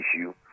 issue